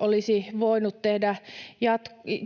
olisivat voineet tehdä